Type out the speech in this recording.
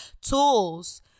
tools